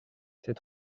c’est